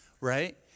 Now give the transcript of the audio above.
right